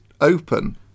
open